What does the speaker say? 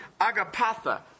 Agapatha